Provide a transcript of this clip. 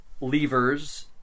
levers